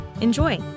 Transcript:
Enjoy